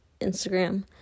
Instagram